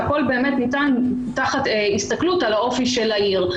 כאשר הכול ניתן תחת הסתכלות על האופי של העיר.